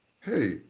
Hey